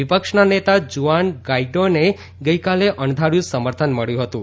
વિપક્ષના નેતા જુઆન ગાઇડોને ગઇકાલે અણધાર્યું સમર્થન મળ્યું હતું